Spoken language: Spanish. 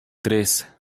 tres